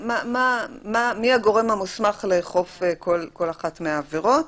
מי הגורם המוסמך לאכוף כל אחת מהעבירות.